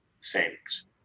savings